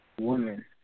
woman